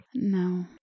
No